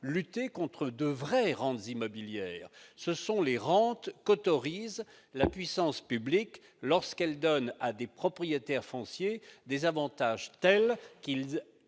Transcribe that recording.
lutter contre de vraies rentes immobilières, celles qu'autorise la puissance publique lorsqu'elle donne à des propriétaires fonciers des avantages tels qu'ils